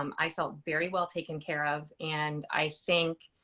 um i felt very well taken care of. and i think,